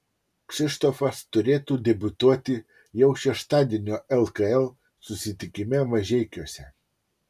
kšištofas turėtų debiutuoti jau šeštadienio lkl susitikime mažeikiuose